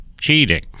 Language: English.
cheating